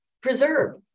preserve